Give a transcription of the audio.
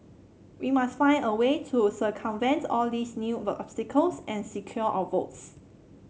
we must find a way to circumvent all these new obstacles and secure our votes